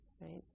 right